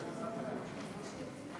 גברתי,